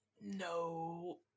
No